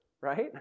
right